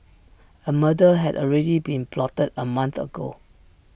A murder had already been plotted A month ago